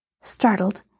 Startled